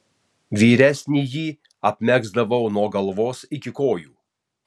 vyresnįjį apmegzdavau nuo galvos iki kojų